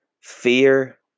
fear